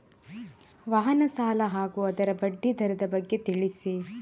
ವಾಹನ ಸಾಲ ಹಾಗೂ ಅದರ ಬಡ್ಡಿ ದರದ ಬಗ್ಗೆ ತಿಳಿಸಿ?